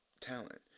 talent